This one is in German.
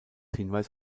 hinweis